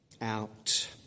out